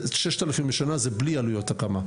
6,000 בשנה זה בלי עלויות הקמה.